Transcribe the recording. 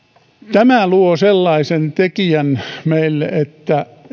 tämä luo sellaisen tekijän meille että